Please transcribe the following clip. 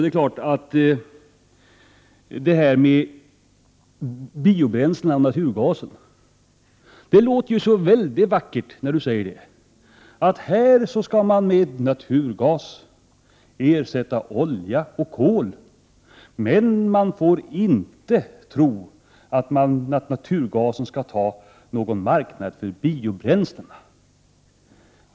Det låter så väldigt vackert när Ivar Franzén talar om biobränslena och naturgasen: Här skall man med naturgas ersätta olja och kol, men man får inte tro att naturgasen skall ta någon marknad för biobränslena.